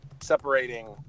separating